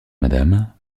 madame